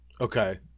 Okay